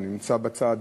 הוא נמצא בצד,